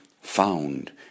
found